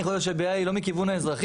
אני חושב שהבעיה היא לא מהכיוון האזרחי,